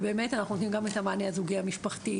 באמת אנחנו נותנים גם את המענה הזוגי המשפחתי.